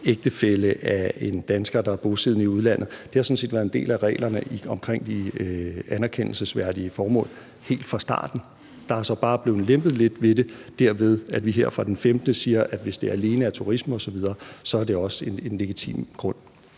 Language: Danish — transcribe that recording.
ægtefælle til en dansker, der er bosiddende i udlandet, sådan set har været en del af reglerne omkring de anerkendelsesværdige formål helt fra starten. Der er så bare blevet lempet lidt på det, derved at vi her fra den 15. juni siger, at hvis det alene er turisme osv., er det også en legitim grund.